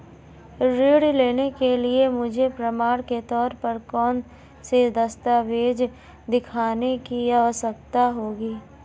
ऋृण लेने के लिए मुझे प्रमाण के तौर पर कौनसे दस्तावेज़ दिखाने की आवश्कता होगी?